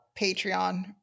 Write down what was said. Patreon